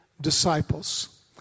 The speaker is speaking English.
disciples